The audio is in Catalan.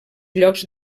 llocs